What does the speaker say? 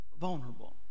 vulnerable